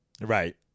Right